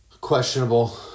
questionable